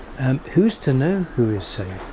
who's to know who is safe?